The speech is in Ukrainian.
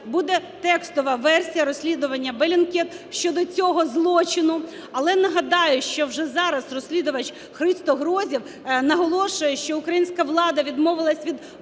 буде текстова версія розслідування Bellingcat щодо цього злочину. Але нагадаю, що вже зараз розслідувач Христо Грозєв наголошує, що українська влада відмовилась від будь-яких